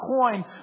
coin